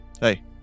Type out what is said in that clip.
Hey